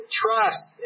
trust